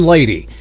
Lady